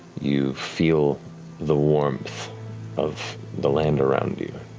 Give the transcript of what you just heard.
you feel the warmth of the land around you.